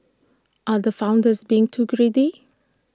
are the founders being too greedy